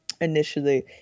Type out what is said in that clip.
initially